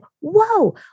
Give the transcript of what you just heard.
whoa